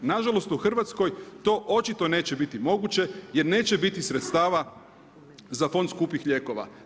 Nažalost u Hrvatskoj to očito neće biti moguće jer neće biti sredstava za fond skupih lijekova.